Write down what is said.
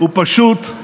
הוא פשוט,